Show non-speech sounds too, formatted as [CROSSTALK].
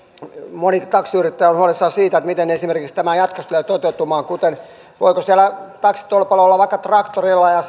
moni taksiyrittäjä on huolissaan siitä miten esimerkiksi tämä jatkossa tulee toteutumaan voiko siellä taksitolpalla olla vaikka traktorilla ja [UNINTELLIGIBLE]